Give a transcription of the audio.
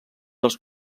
dels